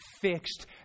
fixed